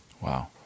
Wow